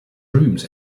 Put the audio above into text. rooms